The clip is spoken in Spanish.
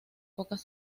pocas